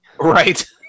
Right